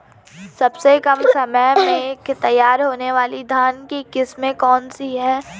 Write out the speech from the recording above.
सबसे कम समय में तैयार होने वाली धान की किस्म कौन सी है?